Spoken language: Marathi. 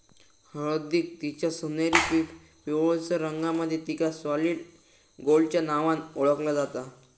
हळदीक तिच्या सोनेरी पिवळसर रंगामुळे तिका सॉलिड गोल्डच्या नावान ओळखला जाता